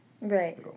Right